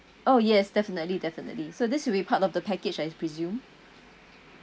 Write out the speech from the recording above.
oh yes definitely definitely so this'll be part of the package I presume